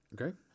okay